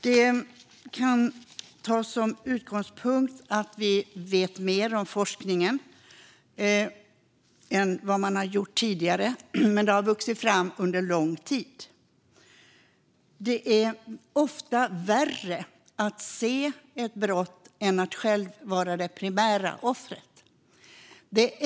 Det kan ta sin utgångspunkt i att vi vet mer om forskningen än vad man har gjort tidigare, men det har vuxit fram under lång tid. Det är ofta värre att se ett brott än att själv vara det primära offret.